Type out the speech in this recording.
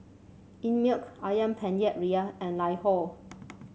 Einmilk ayam Penyet Ria and LiHo